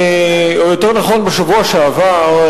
או יותר נכון בשבוע שעבר,